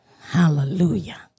Hallelujah